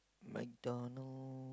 MacDonald